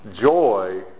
joy